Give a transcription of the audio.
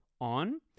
on